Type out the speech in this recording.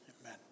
amen